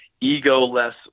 ego-less